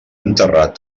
enterrat